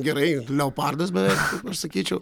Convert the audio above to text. gerai leopardas beveik sakyčiau